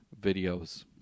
videos